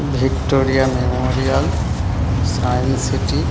victoria memorial science city